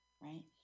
right